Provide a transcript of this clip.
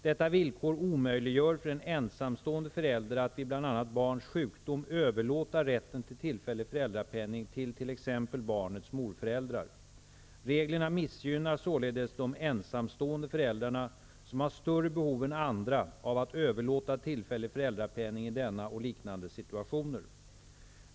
Detta villkor omöjliggör för en ensamstående förälder att vid bl.a. barns sjukdom överlåta rätten till tillfällig föräldrapenning till t.ex. barnets morförälder. Reglerna missgynnar således de ensamstående föräldrarna som har större behov än andra av att överlåta tillfällig föräldrapenning i denna och liknande situationer.